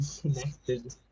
connected